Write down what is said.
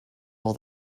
all